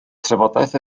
trafodaeth